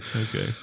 Okay